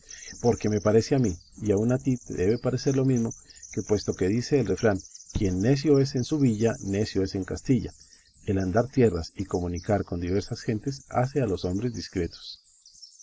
porque me parece a mí y aun a ti te debe parecer lo mismo que puesto que dice el refrán quien necio es en su villa necio es en castilla el andar tierras y comunicar con diversas gentes hace a los hombres discretos